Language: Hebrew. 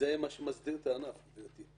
זה מה שמסדיר את הענף, גברתי.